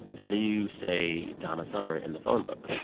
how do you say donna summer in the phone book?